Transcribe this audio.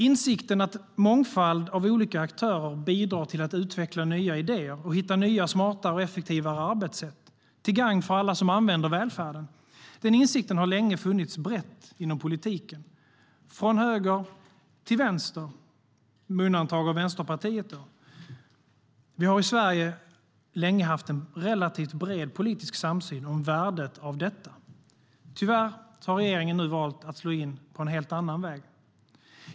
Insikten om att en mångfald av olika aktörer bidrar till att utveckla nya idéer och hitta nya, smartare och effektivare arbetssätt till gagn för alla som använder välfärden har länge funnits brett inom politiken, från höger till vänster, med undantag av Vänsterpartiet. Vi har i Sverige haft relativt bred politisk samsyn om värdet av detta. Tyvärr har regeringen nu valt att slå in på en annan väg.